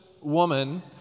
woman